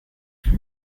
from